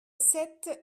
sept